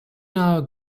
now